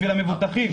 בשביל המבוטחים.